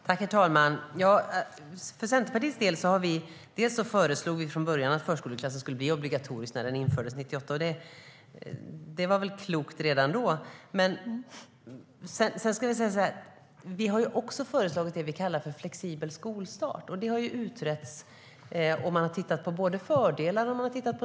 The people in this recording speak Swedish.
Herr talman! Centerpartiet föreslog redan från början när förskoleklassen infördes 1998 att den skulle bli obligatorisk, och det var väl klokt redan då. Vi har också föreslagit det som vi kallar för flexibel skolstart. Det har utretts, och man har tittat på både fördelar och nackdelar.